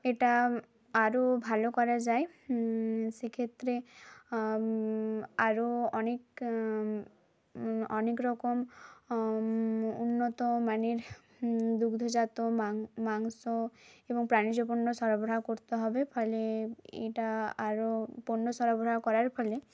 এটা আরও ভালো করা যায় সেক্ষেত্রে আরও অনেক অনেক রকম উন্নত মানের দুগ্ধজাত মাংস এবং প্রাণীজপণ্য সরবরাহ করতে হবে ফলে এটা আরও পণ্য সরবরাহ করার ফলে